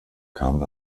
kamen